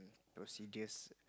procedures